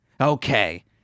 Okay